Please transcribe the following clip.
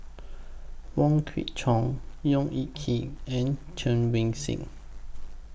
Wong Kwei Cheong Yong Yee Kee and Chen Wen Hsi